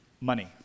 money